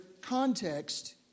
context